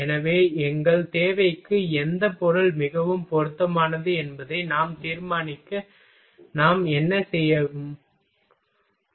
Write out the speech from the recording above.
எனவே எங்கள் தேவைக்கு எந்த பொருள் மிகவும் பொருத்தமானது என்பதை தீர்மானிக்க நாம் என்ன செய்வோம்